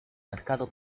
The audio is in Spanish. mercado